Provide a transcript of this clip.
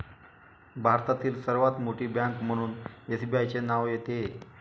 भारतातील सर्वात मोठी बँक म्हणून एसबीआयचे नाव येते